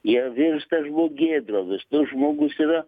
jie virsta žmogėdromis nu žmogus yra